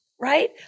right